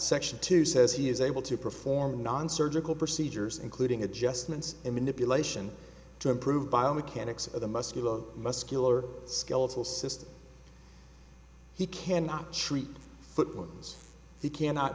section two says he is able to perform a nonsurgical procedures including adjustments and manipulation to improve biomechanics of the muscular muscular skeletal system he cannot treat foot ones he cannot